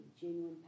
genuine